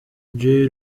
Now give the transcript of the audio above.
jay